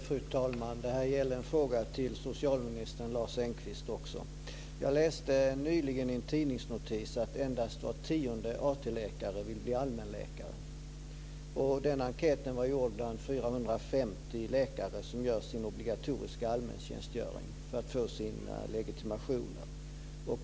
Fru talman! Det här är också en fråga till socialminister Lars Engqvist. Jag läste nyligen i en tidningsnotis att endast var tionde AT-läkare vill bli allmänläkare. Den enkäten var gjord bland 450 läkare som gör sin obligatoriska allmäntjänstgöring för att få sina legitimationer.